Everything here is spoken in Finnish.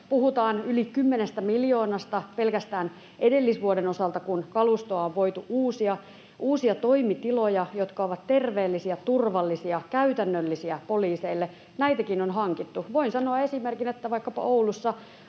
Puhutaan yli 10 miljoonasta pelkästään edellisvuoden osalta, jolla kalustoa on voitu uusia. Uusia toimitilojakin, jotka ovat terveellisiä, turvallisia ja käytännöllisiä poliiseille, on hankittu. Voin sanoa esimerkin, että vaikkapa Oulussa